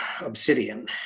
Obsidian